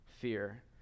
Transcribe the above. fear